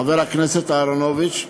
חבר הכנסת אהרונוביץ,